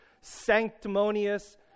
sanctimonious